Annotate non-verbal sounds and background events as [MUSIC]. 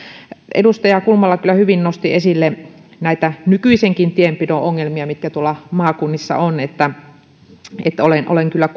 edustaja kulmala kyllä hyvin nosti esille näitä nykyisenkin tienpidon ongelmia mitä tuolla maakunnissa on olen olen kyllä [UNINTELLIGIBLE]